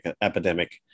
epidemic